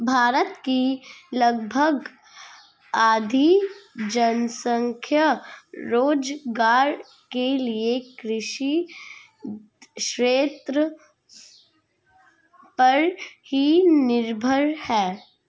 भारत की लगभग आधी जनसंख्या रोज़गार के लिये कृषि क्षेत्र पर ही निर्भर है